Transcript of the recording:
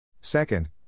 Second